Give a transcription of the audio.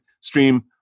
Stream